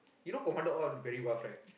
you know commando all very buff right